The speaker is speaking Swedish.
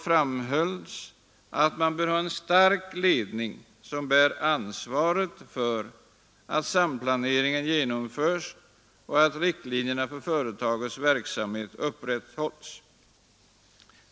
framhölls att Sveriges Radio bör ha en stark ledning som bär ansvaret för att samplaneringen genomförs och att riktlinjerna för företagets verksamhet upprätthålls.